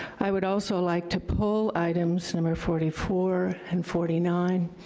i would also like to pull items number forty four and forty nine,